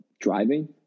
driving